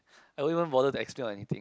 I won't even bother to explain or anything